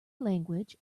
language